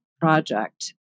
project